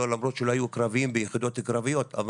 למרות שלא היו קרביים ביחידות קרביות,